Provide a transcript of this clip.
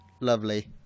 lovely